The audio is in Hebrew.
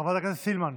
חברת הכנסת סילמן.